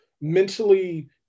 mentally